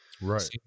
right